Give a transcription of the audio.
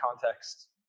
context